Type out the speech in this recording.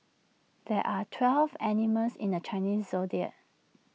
there are twelve animals in the Chinese Zodiac